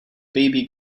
baby